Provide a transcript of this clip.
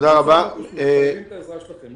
אנחנו חייבים את העזרה שלכם,